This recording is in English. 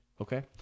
Okay